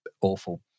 awful